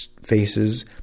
faces